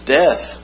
death